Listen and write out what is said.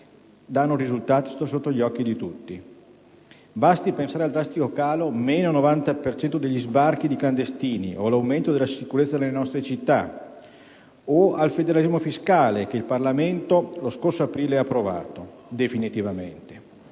sono sotto gli occhi di tutti. Basti pensare al drastico calo (meno 90 per cento) degli sbarchi di clandestini, all'aumento della sicurezza nelle nostre città, al federalismo fiscale che il Parlamento ha approvato definitivamente